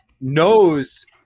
knows